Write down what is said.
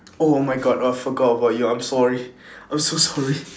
oh my god I forgot about you I'm sorry I'm so sorry